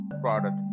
product